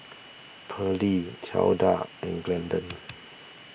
Pearlie Tilda and Glendon